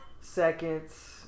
seconds